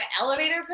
elevator